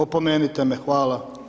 Opomenite me, hvala.